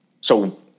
so-